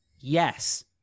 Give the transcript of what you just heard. Yes